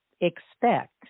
expect